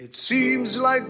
it seems like